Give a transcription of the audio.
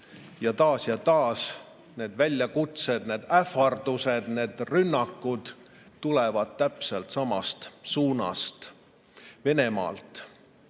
ja taas tulevad need väljakutsed, need ähvardused, need rünnakud täpselt samast suunast – Venemaalt.